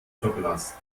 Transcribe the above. verblasst